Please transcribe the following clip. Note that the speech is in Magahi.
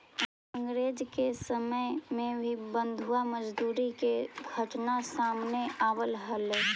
अंग्रेज के समय में भी बंधुआ मजदूरी के घटना सामने आवऽ हलइ